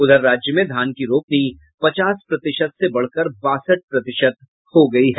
उधर राज्य में धान की रोपनी पचास प्रतिशत से बढ़कर बासठ प्रतिशत हो गयी है